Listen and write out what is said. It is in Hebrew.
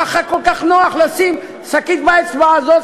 ככה כל כך נוח לשים שקית באצבע הזאת,